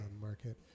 market